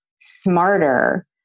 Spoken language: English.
smarter